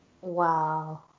Wow